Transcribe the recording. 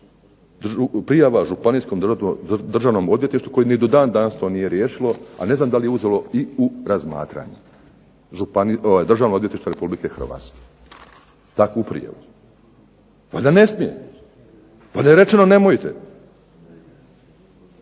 prijava županijskom državnom odvjetništvu koje ni do dan danas to nije riješilo, a ne znam da li je uzelo i u razmatranje, Državno odvjetništvo Republike Hrvatske, takvu prijavu. Valjda ne smije, valjda je rečeno nemojte,